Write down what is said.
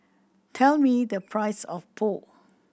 tell me the price of Pho